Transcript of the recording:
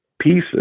pieces